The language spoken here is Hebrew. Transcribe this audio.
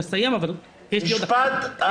תספר שגם אצלך בבית זה קרה.